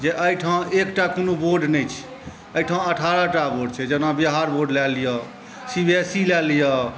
जे एहिठाम एकटा कोनो बोर्ड नहि छै एहिठाम अठारहटा बोर्ड छै जेना बिहार बोर्ड लए लिअ सी बी एस सी लए लिअ